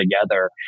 together